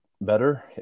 better